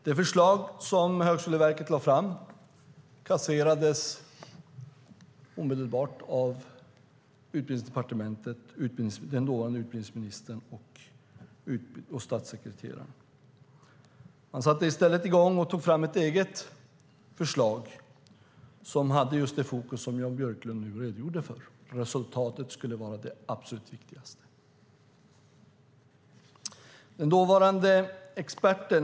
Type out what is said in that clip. Det förslag som Högskoleverket lade fram kasserades omedelbart av Utbildningsdepartementet, av den dåvarande utbildningsministern och av statssekreteraren. Man satte i stället i gång med att ta fram ett eget förslag som hade just det fokus som Jan Björklund nu redogjort för. Resultatet skulle vara det absolut viktigaste.